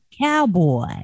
Cowboy